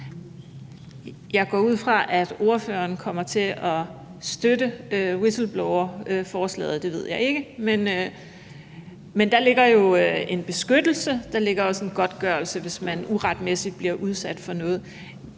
Jeg går ud fra, at ordføreren kommer til at støtte whistleblowerforslaget, men jeg ved det ikke. Der ligger jo en beskyttelse, og der ligger også en godtgørelse, hvis man uretmæssigt bliver udsat for noget.